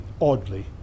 oddly